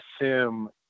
assume